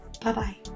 Bye-bye